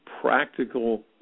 practical